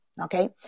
Okay